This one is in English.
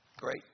great